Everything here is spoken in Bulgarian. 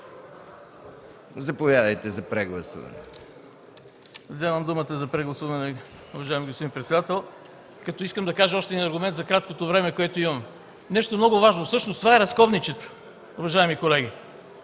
Радев. ВАЛЕНТИН РАДЕВ (ГЕРБ): Взимам думата за прегласуване, уважаеми господин председател, като искам да кажа още един аргумент за краткото време, което имам. Нещо много важно, всъщност това е разковничето, уважаеми колеги,